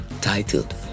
titled